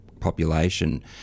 population